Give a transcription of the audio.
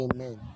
Amen